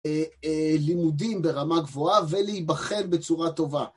לימודים ברמה גבוהה ולהיבחן בצורה טובה.